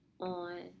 on